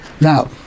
Now